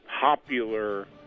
popular